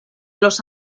los